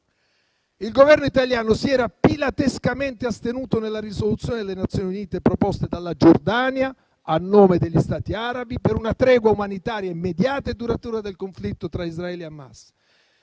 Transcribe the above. il Governo italiano si era pilatescamente astenuto nella risoluzione delle Nazioni Unite proposte dalla Giordania, a nome degli Stati arabi, per una tregua umanitaria immediata e duratura del conflitto tra Israele e Hamas.